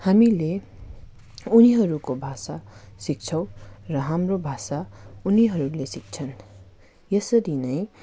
हामीले उनीहरूको भाषा सिक्छौँ र हाम्रो भाषा उनीहरूले सिक्छन् यसरी नै